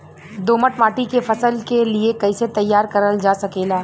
दोमट माटी के फसल के लिए कैसे तैयार करल जा सकेला?